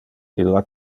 illa